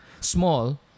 small